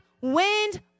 wind